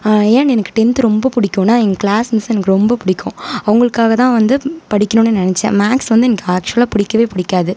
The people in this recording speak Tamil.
ஏன் எனக்கு டென்த்து ரொம்ப பிடிக்கும்னா எங்கள் கிளாஸ் மிஸ் எனக்கு ரொம்ப பிடிக்கும் அவங்களுக்காகதான் வந்து படிக்கணும்னு நினச்சேன் மேக்ஸ் வந்து எனக்கு ஆக்சுவலாக பிடிக்கவே பிடிக்காது